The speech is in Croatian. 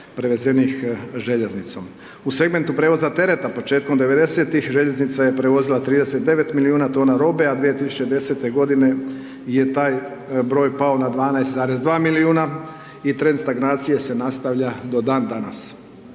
prevezenih željeznicom. U segmentu prijevoza tereta početkom '90.-tih željeznica je prevozila 39 milijuna tona robe a 2010. godine je taj broj pao na 12,2 milijuna i trend stagnacije se nastavlja do dan danas.